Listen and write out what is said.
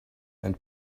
and